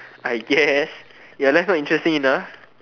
I guess ya that's not interesting enough